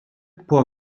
può